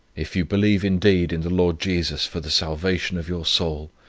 if you believe indeed in the lord jesus for the salvation of your soul,